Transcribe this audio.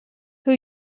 who